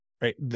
right